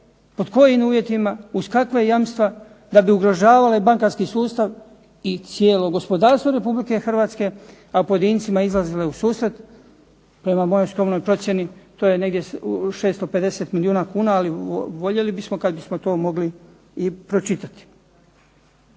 pod kojih uvjetima, uz kakva jamstva, da bi ugrožavale bankarski sustav i cijelo gospodarstvo Republike Hrvatske pa pojedincima izlazile u susret. Prema mojoj skromnoj procjeni to je negdje 650 milijuna kuna, ali voljeli bismo kad bismo to mogli i pročitati.